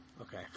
Okay